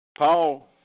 Paul